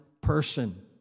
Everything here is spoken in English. person